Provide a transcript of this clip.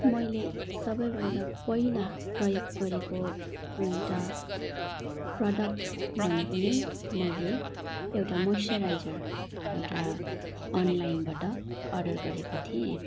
मैले सबैभन्दा पहिला प्रयोग गरेको एउटा प्रडक्ट भनेको नै मैले एउटा मोइस्चुराइजर एउटा अनलाइनबाट अर्डर गरेको थिएँ